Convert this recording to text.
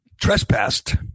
trespassed